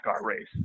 race